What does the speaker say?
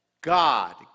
God